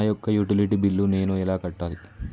నా యొక్క utility bill నేను ఎలా కట్టాలి?